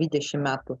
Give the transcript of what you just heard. dvidešim metų